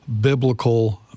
biblical